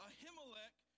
Ahimelech